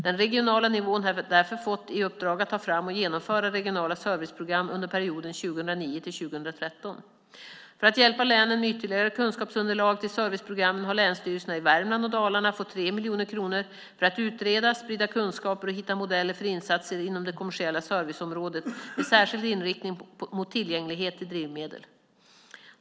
Den regionala nivån har därför fått i uppdrag att ta fram och genomföra regionala serviceprogram under perioden 2009-2013. För att hjälpa länen med ytterligare kunskapsunderlag till serviceprogrammen har länsstyrelserna i Värmland och Dalarna fått 3 miljoner kronor för att utreda, sprida kunskaper och hitta modeller för insatser inom det kommersiella serviceområdet med särskild inriktning på tillgänglighet till drivmedel.